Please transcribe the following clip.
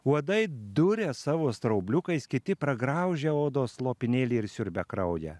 uodai duria savo straubliukais kiti pragraužia odos lopinėlį ir siurbia kraują